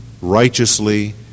righteously